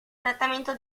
trattamento